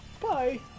bye